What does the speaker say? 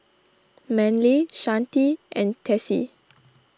Manley Shante and Tessie